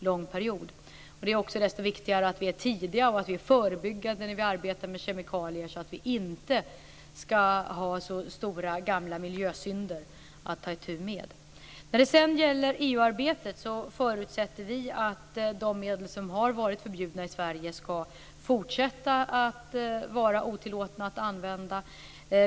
Då är det också desto viktigare att vi är tidiga och att vi är förebyggande när vi arbetar med kemikalier så att vi inte skall ha stora gamla miljösynder att ta itu med. När det gäller arbetet i EU förutsätter vi att de medel som har varit förbjudna i Sverige skall fortsätta att vara otillåtna att använda.